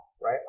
right